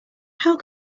how